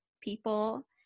people